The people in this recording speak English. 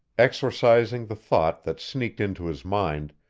exorcising the thought that sneaked into his mind,